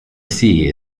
sea